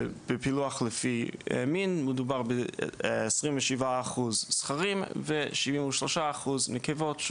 בפילוח לפי מין מדובר ב-27% זכרים ו-33% נקבות.